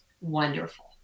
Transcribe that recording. wonderful